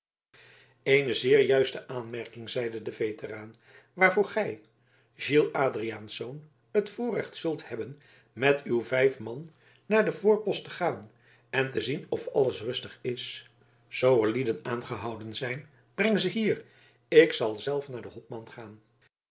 eene zeer juiste aanmerking zeide de veteraan waarvoor gij gilles adriaansz het voorrecht zult hebben met uw vijf man naar den voorpost te gaan en te zien of alles rustig is zoo er lieden aangehouden zijn breng ze hier ik zal zelf naar den hopman gaan